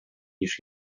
niż